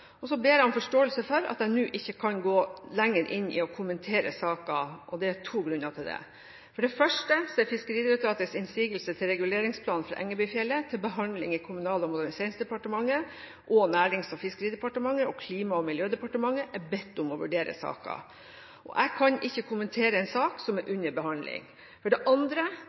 Så ber jeg om forståelse for at jeg nå ikke kan gå lenger i å kommentere saken, og det er to grunner til det. For det første er Fiskeridirektoratets innsigelse til reguleringsplan for Engebøfjellet til behandling i Kommunal- og moderniseringsdepartementet, og Nærings- og fiskeridepartementet og Klima- og miljødepartementet er bedt om å vurdere saken. Jeg kan ikke kommentere en sak som er under behandling. For det andre